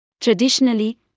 Traditionally